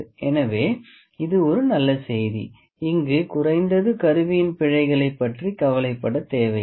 எனவே இது ஒரு நல்ல செய்தி இங்கு குறைந்தது கருவியின் பிழைகளை பற்றி கவலை பட தேவை இல்லை